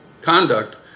conduct